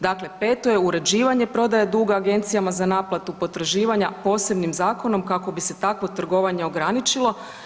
Dakle, peto je uređivanje i prodaja duga Agencijama za naplatu potraživanja posebnim zakonom kako bi se takvo trgovanje ograničilo.